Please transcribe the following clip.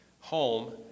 home